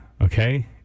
okay